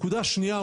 נקודה שנייה,